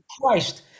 Christ